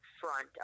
front